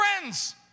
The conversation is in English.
friends